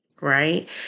right